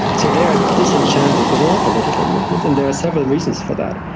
so they're disenchanted with all political movements, and there are several reasons for that.